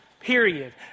period